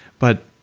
but